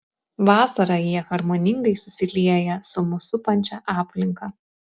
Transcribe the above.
vasarą jie harmoningai susilieja su mus supančia aplinka